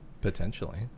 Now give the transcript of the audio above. Potentially